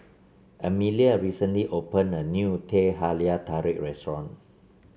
Emelia recently opened a new Teh Halia Tarik restaurant